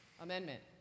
Amendment